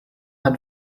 had